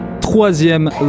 troisième